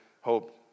hope